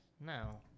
No